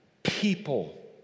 people